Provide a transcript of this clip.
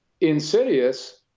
insidious